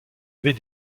avait